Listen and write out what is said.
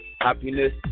Happiness